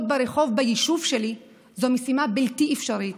ברחוב ביישוב שלי זה משימה בלתי-אפשרית.